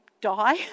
die